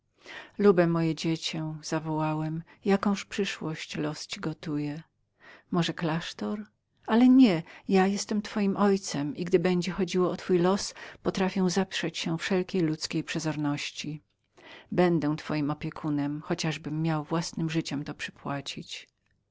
lube moje dziecie zawołałem jakąż przyszłość los ci gotuje może klasztor ale nie ja jestem twoim ojcem i gdy będzie chodziło o twoje przeznaczenie potrafię zaprzeć się wszelkiej ludzkiej przezorności ja będę twoim opiekunem chociażbym miał własnem życiem to przypłacić